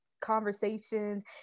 conversations